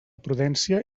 prudència